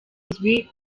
izwi